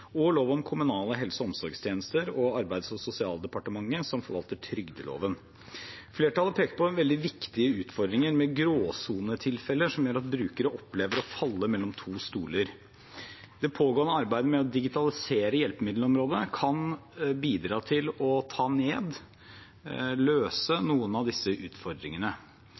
og lov om kommunale helse- og omsorgstjenester, og Arbeids- og sosialdepartementet, som forvalter trygdeloven. Flertallet peker på veldig viktige utfordringer med gråsonetilfeller som gjør at brukere opplever å falle mellom to stoler. Det pågående arbeidet med å digitalisere hjelpemiddelområdet kan bidra til å ta ned og løse noen av disse utfordringene.